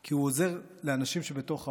כי הוא עוזר לאנשים שבתוך האורה.